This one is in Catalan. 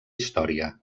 història